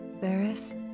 Varys